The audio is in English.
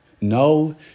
No